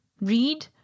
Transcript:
Read